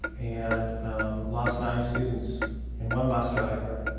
and lost nine students and one bus driver.